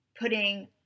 putting